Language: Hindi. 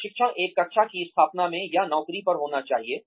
प्रशिक्षण एक कक्षा की स्थापना में या नौकरी पर होना चाहिए